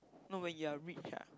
not when you're rich ah